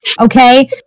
Okay